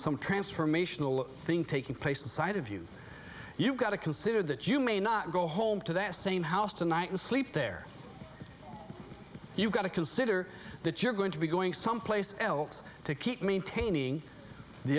some transformational thing taking place inside of you you've got to consider that you may not go home to that same house tonight and sleep there you've got to consider that you're going to be going someplace else to keep maintaining the